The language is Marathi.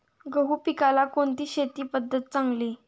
गहू पिकाला कोणती शेती पद्धत चांगली?